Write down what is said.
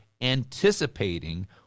anticipating